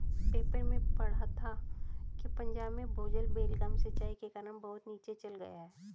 paper में पढ़ा था कि पंजाब में भूजल बेलगाम सिंचाई के कारण बहुत नीचे चल गया है